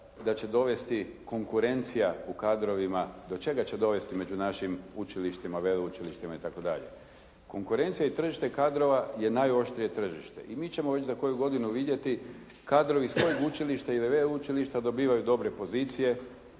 da će dovesti konkurencija u kadrovima, do čega će dovesti među našim učilištima, veleučilištima itd.. Konkurencija i tržište kadrova je i najoštrije tržište i mi ćemo već za koju godinu vidjeti kadrovi s kojeg učilišta i veleučilišta dobivaju dobre pozicije,